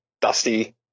Dusty